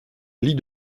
lit